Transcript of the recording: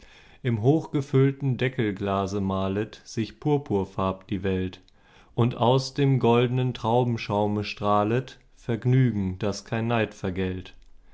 im hochgefüllten deckelglase malet sich purpurfarb die welt und aus dem goldnen traubenschaume strahlet vergnügen das kein neid vergällt